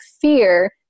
fear